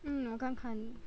mm 我刚看